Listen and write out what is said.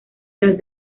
las